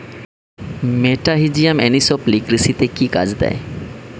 মেটাহিজিয়াম anisopliae কৃষিতে কি কাজে দেয়?